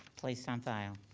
placed on file.